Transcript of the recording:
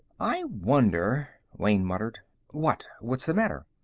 i wonder wayne muttered. what? what's the matter?